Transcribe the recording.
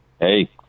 Hey